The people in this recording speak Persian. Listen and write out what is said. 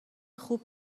خوب